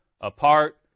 apart